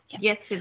Yes